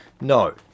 No